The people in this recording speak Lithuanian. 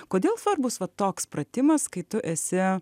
kodėl svarbus vat toks pratimas kai tu esi